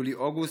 יולי ואוגוסט?